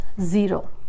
zero